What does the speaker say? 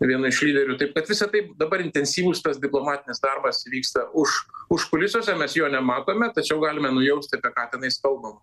viena iš lyderių taip kad visa tai dabar intensyvus tas diplomatinis darbas vyksta už užkulisiuose mes jo nematome tačiau galime nujausti apie ką tenais kalbama